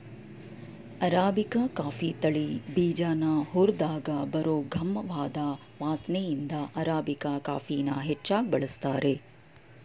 arabica coffee ತಳಿ ಬೀಜನ ಹುರ್ದಾಗ ಬರೋ ಗಮವಾದ್ ವಾಸ್ನೆಇಂದ ಅರಾಬಿಕಾ ಕಾಫಿನ ಹೆಚ್ಚಾಗ್ ಬಳಸ್ತಾರೆ